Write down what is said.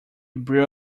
blew